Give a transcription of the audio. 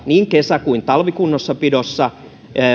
niin kesä kuin talvikunnossapidossa